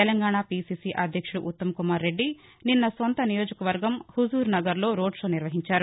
Telangana PCC అధ్యక్షుడు ఉత్తమ కుమార్ రెడ్డి నిన్న స్వంత నియోజక వర్గం హుజూర్ నగర్ లో రోడ్ షో నిర్వహించారు